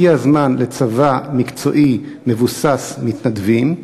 הגיע הזמן לצבא מקצועי, מבוסס מתנדבים,